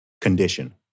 condition